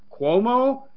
Cuomo